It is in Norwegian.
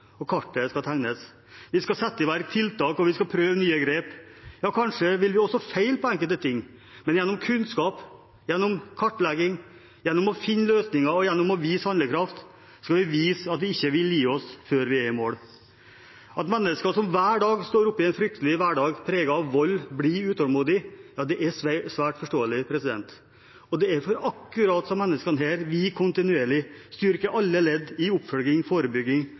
og kartet tegnes. Vi skal sette i verk tiltak, og vi skal prøve nye grep. Kanskje vil vi feile på enkelte ting, men gjennom kunnskap, gjennom kartlegging, gjennom å finne løsninger og gjennom å vise handlekraft skal vi vise at vi ikke vil gi oss før vi er i mål. At mennesker som hver dag står i en fryktelig hverdag preget av vold, blir utålmodige, er svært forståelig. Det er for akkurat disse menneskene vi kontinuerlig styrker alle ledd i